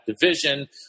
division